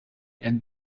and